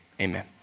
Amen